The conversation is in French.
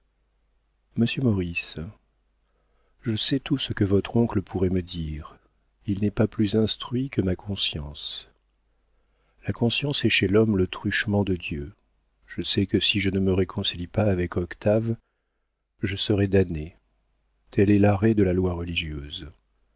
maurice je sais tout ce que votre oncle pourrait me dire il n'est pas plus instruit que ma conscience la conscience est chez l'homme le truchement de dieu je sais que si je ne me réconcilie pas avec octave je serai damnée tel est l'arrêt de la loi religieuse